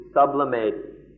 sublimate